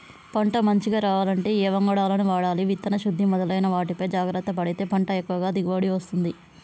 పంట మంచిగ రావాలంటే ఏ వంగడాలను వాడాలి విత్తన శుద్ధి మొదలైన వాటిపై జాగ్రత్త పడితే పంట ఎక్కువ దిగుబడి వస్తది